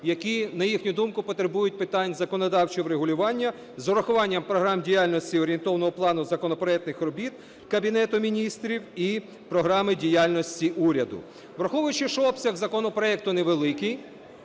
які на їхню думку, потребують питань законодавчого врегулювання, з урахуванням програм діяльності орієнтовного плану законопроектних робіт Кабінету Міністрів і програми діяльності уряду. Враховуючи, що обсяг законопроекту невеликий,